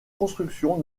constructions